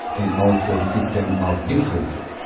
and also a system of differences.